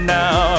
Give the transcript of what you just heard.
now